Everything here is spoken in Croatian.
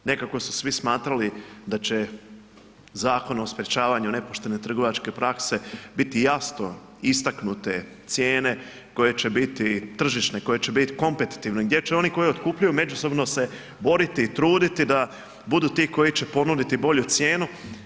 Nekako su svi smatrali da će Zakon o sprečavanju nepoštene trgovačke prakse biti jasno istaknute cijene koje će biti tržišne, koje će biti kompetitivne, gdje će oni koji otkupljuju međusobno se boriti i truditi da budu ti koji će ponuditi bolju cijenu.